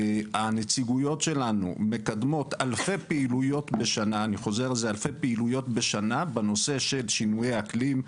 הנציגויות שלנו מקדמות אלפי פעילויות בשנה בנושא שינויי האקלים,